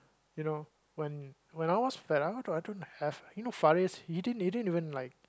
you know when when I was fat I don't I don't have you know Faris he didn't he didn't even like